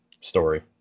story